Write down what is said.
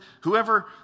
Whoever